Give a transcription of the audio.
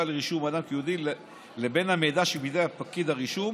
לרשום אדם כיהודי לבין המידע שבידי פקיד הרישום,